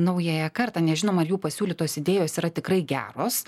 naująją kartą nežinom ar jų pasiūlytos idėjos yra tikrai geros